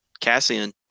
Cassian